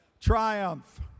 triumph